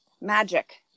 magic